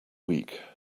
week